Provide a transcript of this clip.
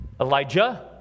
Elijah